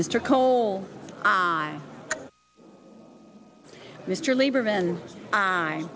mr cole i mr lieberman i